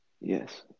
Yes